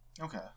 Okay